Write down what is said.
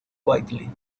quietly